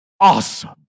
awesome